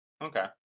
Okay